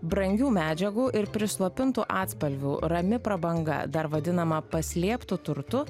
brangių medžiagų ir prislopintų atspalvių rami prabanga dar vadinama paslėptu turtu